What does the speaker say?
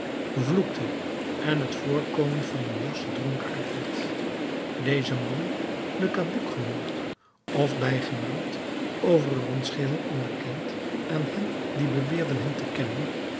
vloekte en het voorkomen van een woesten dronkaard had deze man le cabuc genoemd of bijgenaamd overigens geheel onbekend aan hen die beweerden hem te kennen